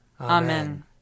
Amen